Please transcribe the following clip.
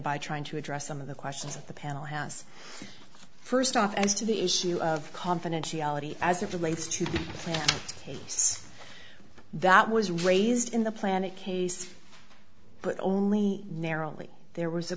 by trying to address some of the questions at the panel house first off as to the issue of confidentiality as it relates to this that was raised in the planet case but only narrowly there was a